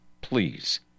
please